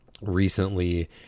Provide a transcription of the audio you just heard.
recently